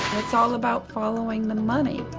it's all about following the money.